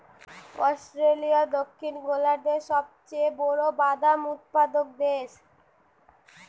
Australia দক্ষিণ গোলার্ধের সবচেয়ে বড় বাদাম উৎপাদক দেশ